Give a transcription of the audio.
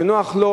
שנוח לו,